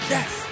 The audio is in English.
Yes